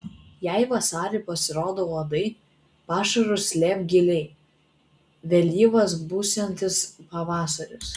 jei vasarį pasirodo uodai pašarus slėpk giliai vėlyvas būsiantis pavasaris